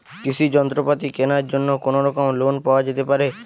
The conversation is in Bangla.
কৃষিযন্ত্রপাতি কেনার জন্য কোনোরকম লোন পাওয়া যেতে পারে?